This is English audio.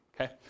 okay